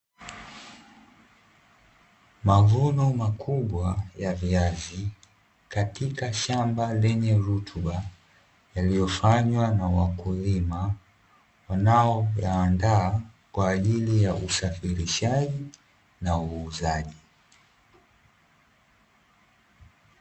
Mavuno makubwa ya viazi katika shamba lenye rutuba yaliyofanywa na wakulima wanaoyaandaa kwa ajili ya usafirishaji na uuzaji.